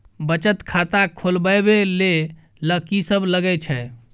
बचत खाता खोलवैबे ले ल की सब लगे छै?